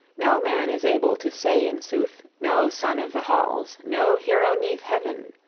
no man is able to say in sooth, no son of the halls, no hero neath heaven,